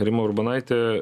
rima urbonaitė